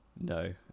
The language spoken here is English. no